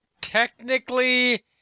technically